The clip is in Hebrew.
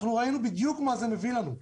אנחנו ראינו בדיוק מה זה מביא לנו.